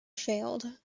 failed